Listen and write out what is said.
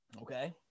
Okay